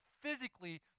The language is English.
physically